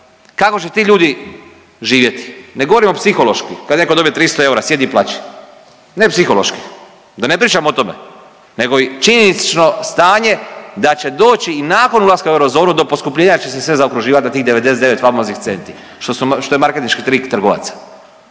kako će ti ljudi živjeti. Ne govorim psihološki kad neko dobije 300 eura sjedi i plači, ne psihološki da ne pričam o tome nego i činjenično stanje da će doći i nakon ulaska u eurozonu do poskupljenja jer će se sve zaokruživat na tih 99 famoznih centi što je marketinški trik trgovaca